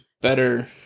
better